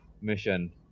mission